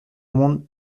monde